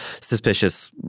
suspicious